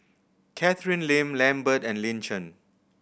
Catherine Lim Lambert and Lin Chen